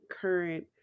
current